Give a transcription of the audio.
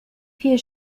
viel